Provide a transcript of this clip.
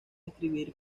escribir